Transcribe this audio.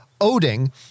Oding